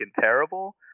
terrible